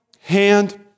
hand